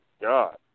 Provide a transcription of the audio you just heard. god